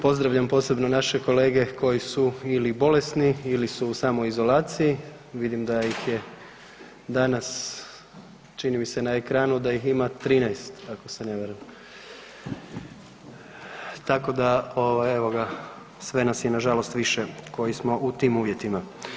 Pozdravljam posebno naše kolege koji su ili bolesni ili su u samoizolaciji vidim da ih je danas, čini mi se na ekranu da ih ima 13 ako se ne varam, tako da ovaj evo ga sve nas je nažalost više koji smo u tim uvjetima.